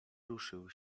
ruszył